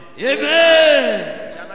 Amen